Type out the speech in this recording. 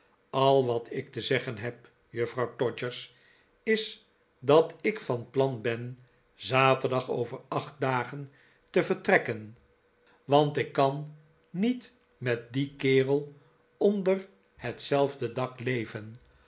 al wat ik te zeggen heb juffrouw todgers is dat ik van plan ben zaterdag over acht dagen te vertrekken want ik kan niet met dien kerel onder hetzelfde dak leven